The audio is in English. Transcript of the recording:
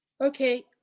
Okay